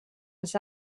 als